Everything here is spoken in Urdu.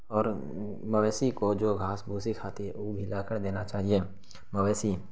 اور مویشی کو جو گھاس بوسی کھاتی ہے وہ بھی لا کر دینا چاہیے مویشی